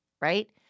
right